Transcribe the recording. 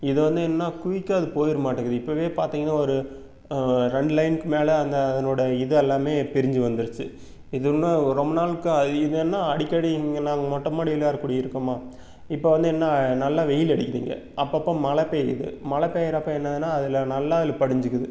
இதை வந்து என்னென்னா குயிக்காக அது போயிடும் மாட்டிருக்கு இப்போவே பார்த்தீங்கன்னா ஒரு ரெண்டு லைனுக்கு மேலே அந்த அதனோடய இது எல்லாமே பிரிஞ்சு வந்துருச்சு இது இன்னும் ரொம்ப நாளுக்கு இது என்ன அடிக்கடி இங்கே நாங்கள் மொட்டை மாடியில் வேறு குடி இருக்கோமா இப்போது வந்து என்ன நல்லா வெயில் அடிக்குது இங்கே அப்பப்போ மழை பெய்யுது மழை பெய்கிறப்ப என்னாகுதுன்னால் அதில் நல்லா அதில் படிஞ்சுக்கிது